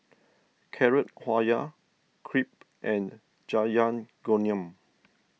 Carrot Halwa Crepe and Jajangmyeon